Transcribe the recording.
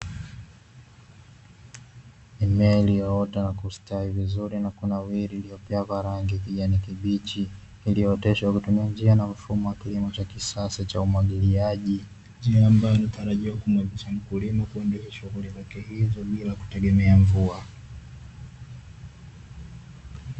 Mimea iliyoota na kustawi vizuri na kunawiri iliyopea kwa rangi ya kijani kibichi, iliyooteshwa kwa kutumia mfumo wa kisasa wa umwagiliaji. Njia ambayo inatarajiwa kumuwezesha mkulima kuendesha shughuli zake hizo bila kutegemea mvua.